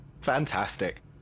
fantastic